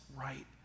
right